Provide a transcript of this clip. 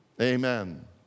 Amen